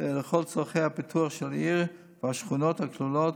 לכל צורכי הפיתוח של העיר והשכונות הכלולות